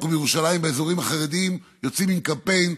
ובירושלים באזורים החרדיים: יוצאים עם קמפיין,